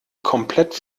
komplett